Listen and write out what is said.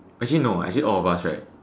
actually no actually all of us right